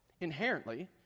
inherently